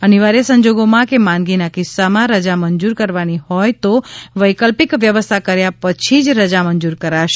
અનિવાર્ય સંજોગોમાં કે માંદગીના કિસ્સામાં રજા મંજુર કરવાની હોય તો વૈકલ્પિક વ્યવસ્થા કર્યા પછી જ રજા મંજુર કરાશે